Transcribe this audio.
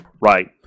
right